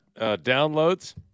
downloads